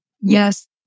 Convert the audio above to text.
Yes